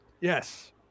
Yes